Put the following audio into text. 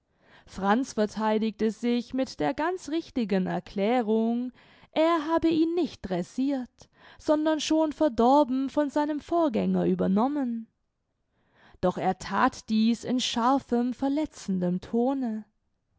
franz vertheidigte sich mit der ganz richtigen erklärung er habe ihn nicht dressirt sondern schon verdorben von seinem vorgänger überkommen doch er that dieß in scharfem verletzendem tone